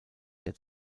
der